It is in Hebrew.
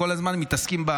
כל הזמן מתעסקים,